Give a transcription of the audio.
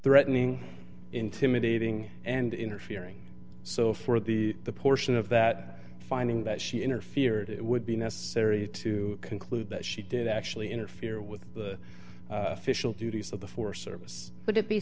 threatening intimidating and interfering so for the the portion of that finding that she interfered it would be necessary to conclude that she did actually interfere with the official duties of the forest service but it be